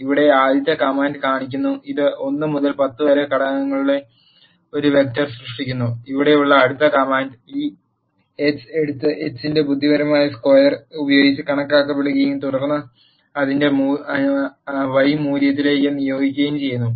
ഇവിടെ ആദ്യത്തെ കമാൻഡ് കാണിക്കുന്നു ഇത് 1 മുതൽ 10 വരെ ഘടകങ്ങളുള്ള ഒരു വെക്റ്റർ സൃഷ്ടിക്കുന്നു ഇവിടെയുള്ള അടുത്ത കമാൻഡ് ഈ x എടുത്ത് x ന്റെ ബുദ്ധിപരമായ സ്ക്വയർ ഉപയോഗിച്ച് കണക്കുകൂട്ടുകയും തുടർന്ന് അതിനെ y മൂല്യത്തിലേക്ക് നിയോഗിക്കുകയും ചെയ്യുന്നു